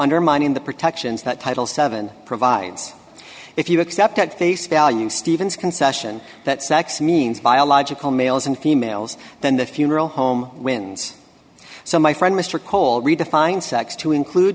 undermining the protections that title seven provides if you accept at face value stevens concession that sex means biological males and females then the funeral home wins so my friend mr cole redefined sex to include